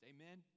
Amen